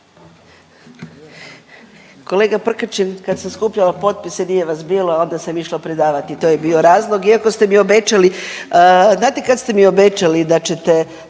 Kolega Prkačin kad sam skupljala potpise nije vas bilo, a onda sam išla predavati i to je bio razlog iako ste mi obećali. Znate